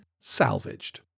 salvaged